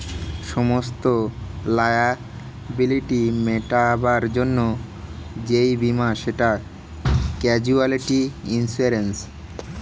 সমস্ত লায়াবিলিটি মেটাবার জন্যে যেই বীমা সেটা ক্যাজুয়ালটি ইন্সুরেন্স